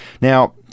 Now